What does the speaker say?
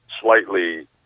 slightly